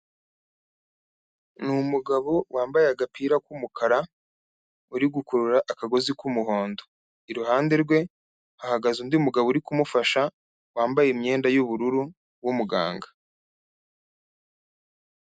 Ni umugabo wambaye agapira k'umukara, uri gukurura akagozi k'umuhondo, iruhande rwe hahagaze undi mugabo uri kumufasha wambaye imyenda y'ubururu w'umuganga.